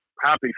happy